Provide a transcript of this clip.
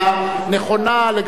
נכונה לגבי,